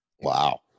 Wow